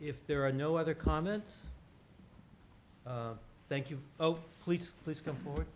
if there are no other comments thank you oh please please come for